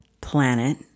planet